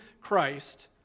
Christ